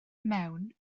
mewn